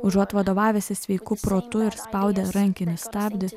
užuot vadovavęsis sveiku protu ir spaudę rankinį stabdį